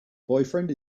boyfriend